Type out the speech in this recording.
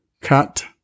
Cut